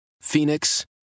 Phoenix